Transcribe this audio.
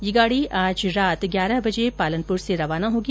यह गाड़ी आज रात ग्यारह बजे पालनपुर से रवाना होगी